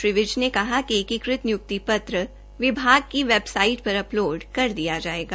श्री जिव ने कहा कि एकीकृत नियुक्ति पत्र विभाग की वेबसाइट पर अपलोड कर दिया जायेगा